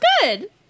good